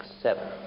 seven